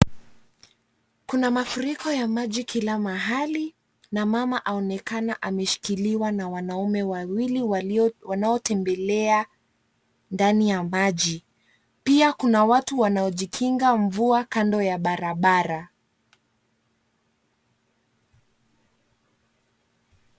Kuna mafuriko ya maji kila mahali na mama aonekana ameshikiliwa na wanaume wawili wanaotembelea ndani ya maji. Pia kuna watu wanaojikinga mvua kando ya barabara.